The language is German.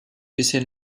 bisher